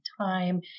time